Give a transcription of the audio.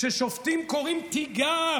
כששופטים קוראים תיגר